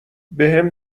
بهم